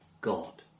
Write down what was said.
God